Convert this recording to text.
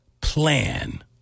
plan